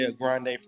grande